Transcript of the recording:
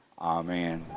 Amen